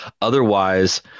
Otherwise